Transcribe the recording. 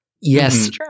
Yes